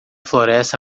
floresta